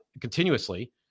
continuously